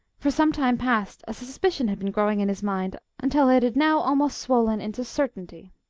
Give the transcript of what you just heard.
for some time past a suspicion had been growing in his mind, until it had now almost swollen into certainty.